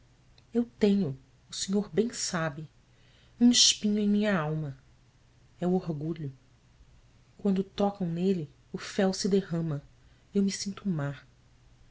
eu tenho o senhor bem sabe um espinho em minha alma é o orgulho quando tocam nele o fel se derrama e eu me sinto má